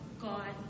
God